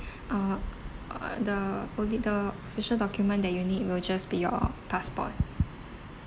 uh uh the only the official document that you need will just be your passport